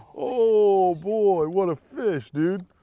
oh, boy. what a fish, dude.